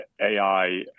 AI